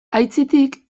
aitzitik